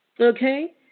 okay